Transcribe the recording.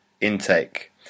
intake